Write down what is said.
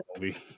movie